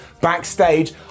backstage